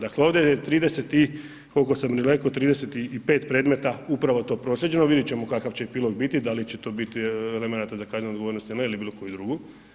Dakle, ovdje je 30 i kolko sam reko, 30 i 5 predmeta upravo to proslijeđeno, vidjet ćemo kakav će epilog biti, da li će to biti elemenata za kaznenu odgovornost ili ne ili bilo koju drugu.